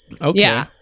Okay